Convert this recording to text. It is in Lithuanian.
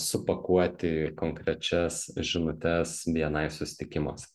supakuoti į konkrečias žinutes bni susitikimuose